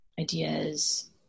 ideas